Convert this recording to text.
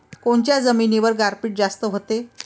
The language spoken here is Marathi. कोनच्या जमिनीवर गारपीट जास्त व्हते?